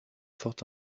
forte